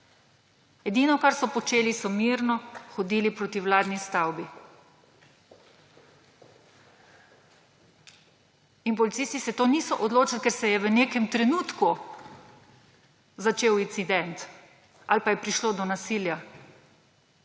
Edino kar so počeli, mirno so hodili proti vladni stavbi. In policisti se za to niso odločili, ker se je v nekem trenutku začel incident ali pa je prišlo do nasilja,